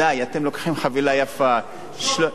די, אתם לוקחים חבילה יפה, שוד של הציבור.